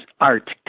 art